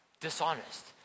dishonest